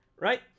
right